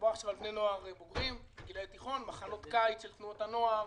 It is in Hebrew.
מדובר על בני נוער בוגרים בגילאי תיכון מחנות קיץ של תנועות הנוער,